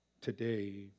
today